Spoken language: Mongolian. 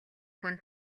хүн